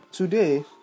Today